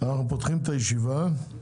פותח את הישיבה .